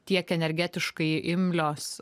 tiek energetiškai imlios